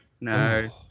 no